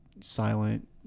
silent